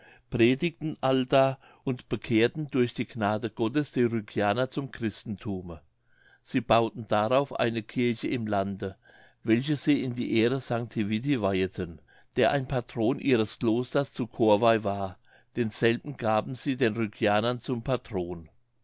predigten allda und bekehrten durch die gnade gottes die rügianer zum christenthume sie bauten darauf eine kirche im lande welche sie in die ehre sancti viti weiheten der ein patron ihres klosters zu corvei war denselben gaben sie auch den rügianern zum patron